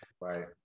right